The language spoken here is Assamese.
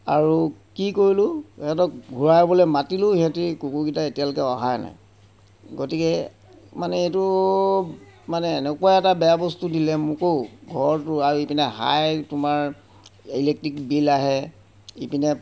আৰু কি কৰিলোঁ সিহঁতক ঘূৰাবলৈ মাতিলোঁ সিহঁতি কুকুৰকেইটাই এতিয়ালৈকে অহাই নাই গতিকে মানে এইটো মানে এনেকুৱা এটা বেয়া বস্তু দিলে মোক অ' ঘৰটো আৰু ইপিনে হাই তোমাৰ ইলেক্ট্ৰিক বিল আহে ইপিনে